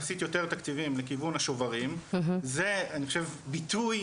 עשית יותר תקציבים לכיוון השוברים זה אני חושב ביטוי